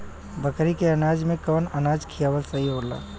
बकरी के अनाज में कवन अनाज खियावल सही होला?